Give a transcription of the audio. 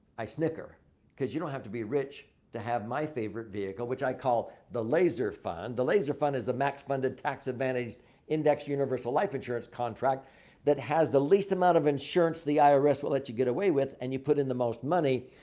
i snicker because you don't have to be rich to have my favorite vehicle which i call the laser fund. the laser fund is the max funded tax advantage index universal life insurance contract that has the least amount of insurance the irs will let you get away with and you put in the most money.